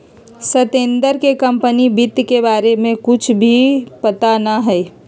सत्येंद्र के कंपनी वित्त के बारे में कुछ भी पता ना हई